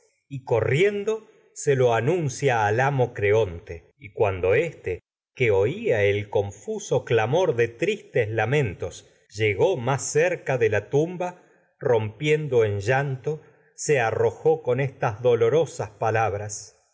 y aquella cámara pri se vada de fúnebres corriendo que lo anun cia al amo creonte éste oía el confuso clamor de tristes lamentos llegó más se cerca de la tumba rompiendo bras en llanto arrojó con estas dolorosas